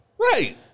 Right